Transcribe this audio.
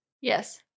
Yes